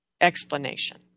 explanation